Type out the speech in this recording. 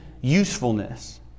usefulness